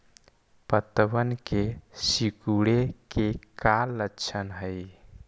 पत्तबन के सिकुड़े के का लक्षण हई?